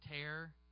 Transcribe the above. tear